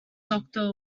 doctor